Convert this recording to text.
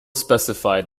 specified